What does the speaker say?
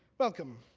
welcome.